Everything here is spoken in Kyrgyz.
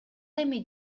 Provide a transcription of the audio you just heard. эми